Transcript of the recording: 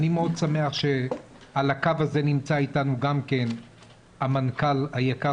אני מאוד שמח שעל הקו הזה נמצא איתנו גם כן המנכ"ל היקר